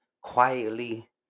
quietly